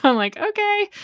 um like, ok,